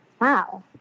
wow